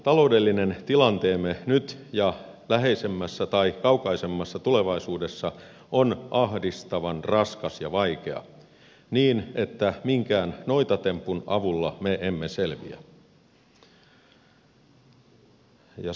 taloudellinen tilanteemme nyt ja läheisemmässä tai kaukaisemmassa tulevaisuudessa on ahdistavan raskas ja vaikea niin että minkään noitatempun avulla me emme selviä